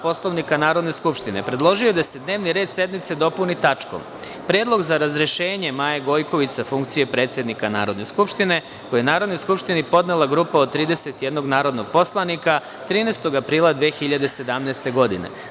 Poslovnika Narodne skupštine, predložio je da se dnevni red sednice dopuni tačkom – Predlog za razrešenje Maje Gojković sa funkcije predsednika Narodne skupštine, koji je Narodnoj skupštini podnela grupa od 31 narodnog poslanika 13. aprila 2017. godine.